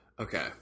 Okay